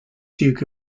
duke